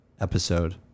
episode